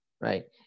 right